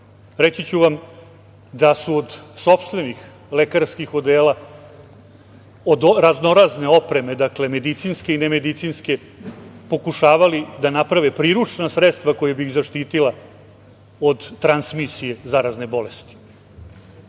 Reći ću vam da su od sopstvenih lekarskih odela, od raznorazne opreme medicinske i nemedecinske pokušavali da naprave priručna sredstva koja bi ih zaštitila od transmisije zarazne bolesti.